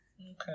Okay